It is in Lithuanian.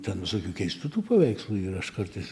ten visokių keistų tų paveikslų yra aš kartais